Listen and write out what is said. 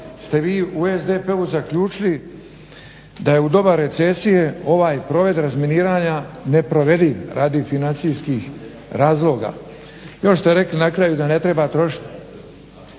ste vi u SDP-u zaključili da je u doba recesije ovaj prove razminiranja neprovediv radi financijskih razloga. Još ste rekli na kraju da ne treba trošit